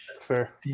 Fair